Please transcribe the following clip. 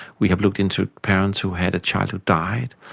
we have looked into parents who had a child who died,